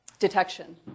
Detection